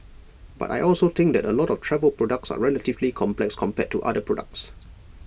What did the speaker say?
but I also think that A lot of travel products are relatively complex compared to other products